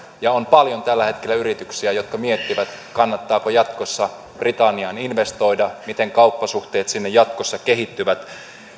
ja on paljon tällä hetkellä yrityksiä jotka miettivät kannattaako jatkossa britanniaan investoida ja miten kauppasuhteet sinne jatkossa kehittyvät